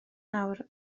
nawr